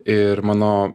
ir mano